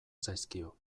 zaizkio